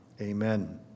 amen